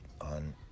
On